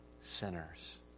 sinners